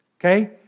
okay